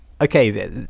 okay